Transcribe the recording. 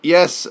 Yes